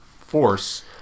force